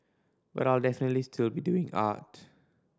but I'll definitely still be doing art